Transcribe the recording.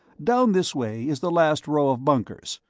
down this way is the last row of bunkers.